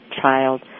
child